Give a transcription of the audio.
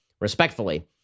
respectfully